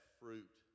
fruit